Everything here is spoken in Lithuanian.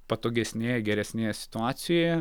patogesnėje geresnėje situacijoje